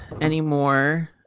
anymore